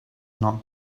not